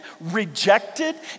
rejected